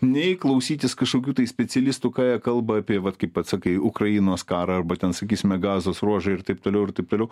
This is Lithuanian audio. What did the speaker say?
nei klausytis kažkokių tai specialistų ką jie kalba apie vat kaip pats sakai ukrainos karą arba ten sakysime gazos ruožą ir taip toliau ir taip toliau